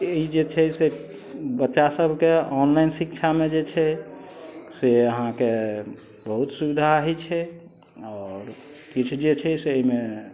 ई जे छै से बच्चा सबके ऑनलाइन शिक्षामे जे छै से अहाँके बहुत सुविधा होइ छै आओर किछु जे छै से एहिमे